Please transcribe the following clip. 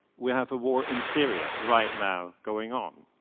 we have a war in syria right now, going on.